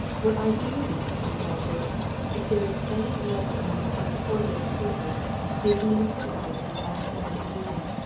what i do want to find out is if there's any letter amongst mr. horbury's papers making an appointment with him last saturday evening.